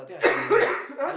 !huh!